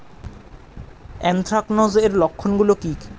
Anthracnose এর লক্ষণ গুলো কি কি?